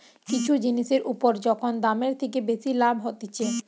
কিছু জিনিসের উপর যখন দামের থেকে বেশি লাভ হতিছে